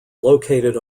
located